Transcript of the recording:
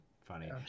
funny